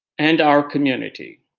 and our community.